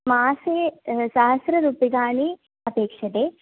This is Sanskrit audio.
मासे सहस्ररूप्यकाणि अपेक्षते